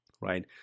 right